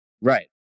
right